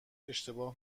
اشتباه